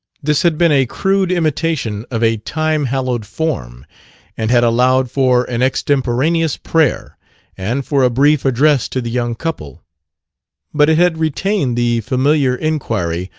this had been a crude imitation of a time-hallowed form and had allowed for an extemporaneous prayer and for a brief address to the young couple but it had retained the familiar inquiry,